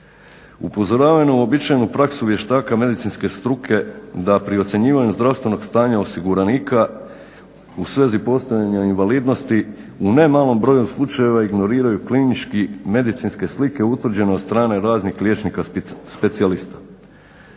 Upozoravaju na uobičajenu praksu vještaka medicinske struke da pri ocjenjivanju zdravstvenog stanja osiguranika, u svezi postojanja invalidnosti u nemalom broju slučajeva ignoriraju klinički medicinske slike utvrđene od strane raznih liječnika specijalista.